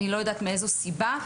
אני לא יודעת מאיזו סיבה,